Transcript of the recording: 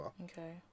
Okay